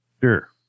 Sure